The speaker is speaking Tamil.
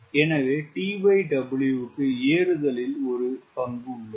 எனவே TW க்கு ஏறுதலில் ஒரு பங்கு உள்ளது